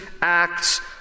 acts